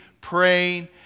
praying